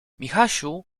michasiu